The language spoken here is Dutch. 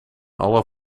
alle